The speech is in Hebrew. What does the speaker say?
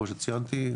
כמו שציינתי,